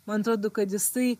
man atrodo kad jisai